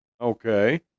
Okay